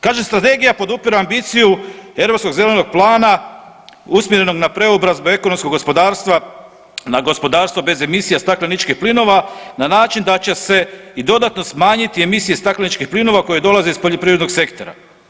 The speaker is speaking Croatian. Kaže strategija podupire ambiciju Europskog zelenog plana usmjerenog na preobrazbu ekonomskog gospodarstva, na gospodarstva bez emisija stakleničkih plinova na način da će se i dodatno smanjiti emisije stakleničkih plinova koje dolaze iz poljoprivrednog sektora.